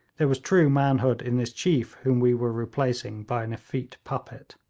there was true manhood in this chief whom we were replacing by an effete puppet.